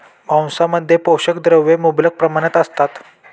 मांसामध्ये पोषक द्रव्ये मुबलक प्रमाणात असतात